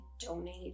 donate